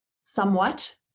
somewhat